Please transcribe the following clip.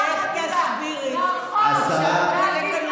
הרפורמה הנוראית, השרה דיסטל.